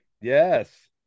yes